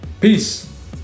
Peace